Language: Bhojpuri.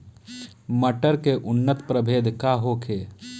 मटर के उन्नत प्रभेद का होखे?